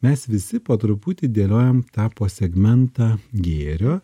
mes visi po truputį dėliojam tą po segmentą gėrio